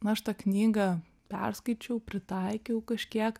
na aš tą knygą perskaičiau pritaikiau kažkiek